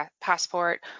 passport